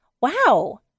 wow